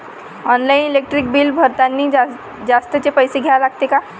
Online electric bill भरतानी जास्तचे पैसे द्या लागते का?